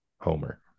homer